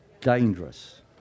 dangerous